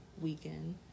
weekend